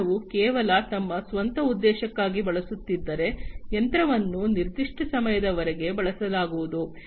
ವ್ಯವಹಾರವು ಕೇವಲ ತಮ್ಮ ಸ್ವಂತ ಉದ್ದೇಶಕ್ಕಾಗಿ ಬಳಸುತ್ತಿದ್ದರೆ ಯಂತ್ರವನ್ನು ನಿರ್ದಿಷ್ಟ ಸಮಯದವರೆಗೆ ಬಳಸಲಾಗುವುದು